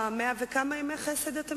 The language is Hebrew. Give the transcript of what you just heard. שעם החוק הזה רומסים את הכנסת?